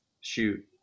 shoot